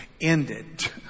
ended